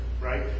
right